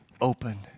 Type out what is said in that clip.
open